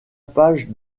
page